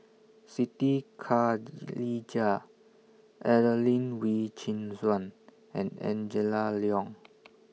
Siti Khalijah Adelene Wee Chin Suan and Angela Liong